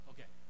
Okay